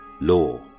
Law